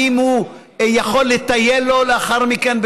האם הוא יכול לטייל לו לאחר מכן,